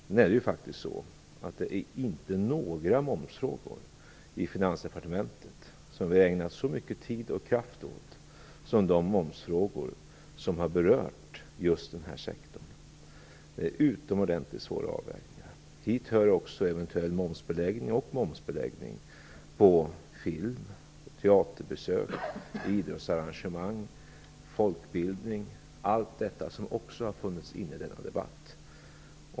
Det är faktiskt inga momsfrågor som vi i Finansdepartementet har ägnat så mycket tid och kraft som de som berör den här sektorn. Det är utomordentligt svåra avvägningar. Hit hör också eventuell momsbeläggning och momsbeläggning på film och teaterbesök, idrottsarrangemang och folkbildning. Allt detta har också funnits med i denna debatt.